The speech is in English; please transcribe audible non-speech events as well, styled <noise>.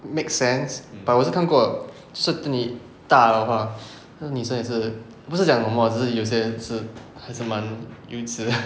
make sense but 我是看过是你大的话那个女生也是不是讲什么只是有些是还是蛮幼稚 <laughs>